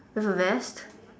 just a vest